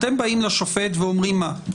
אתם באים לשופט ואומרים מה: